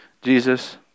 Jesus